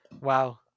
Wow